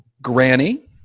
Granny